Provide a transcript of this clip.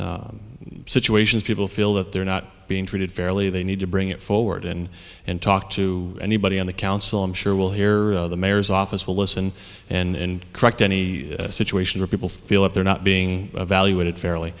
any situations people feel that they're not being treated fairly they need to bring it forward in and talk to anybody on the council i'm sure we'll hear the mayor's office will listen and correct any situation or people feel that they're not being evaluated fairly